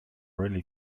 really